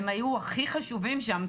הם היו הכי חשובים שם,